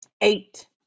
Eight